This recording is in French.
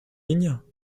ligne